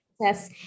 Yes